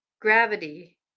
gravity